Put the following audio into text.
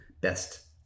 Best